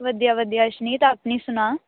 ਵਧੀਆ ਵਧੀਆ ਅਸ਼ਨੀਤ ਆਪਣੀ ਸੁਣਾ